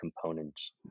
components